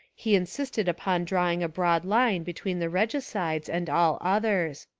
he insisted upon drawing a broad line between the regicides and all others.